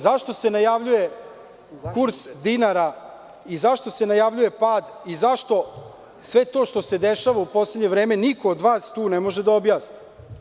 Zašto se najavljuje kurs dinara i zašto se najavljuje pad i zašto sve to što se dešava u poslednje vreme niko od vas tu ne može da objasni?